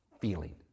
feeling